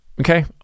okay